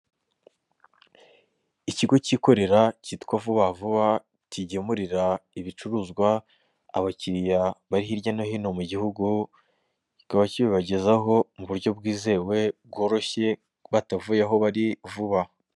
Ikigo cyikorera cyitwa vubavuba kigemurira ibicuruzwa abakiriya bari hirya no hino mu gihugu, kikaba kibibagezaho mu buryo bwizewe bworoshye batavuye aho bari vuba.